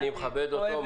אני מכבד אותו,